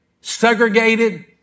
segregated